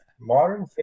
Modern